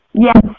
Yes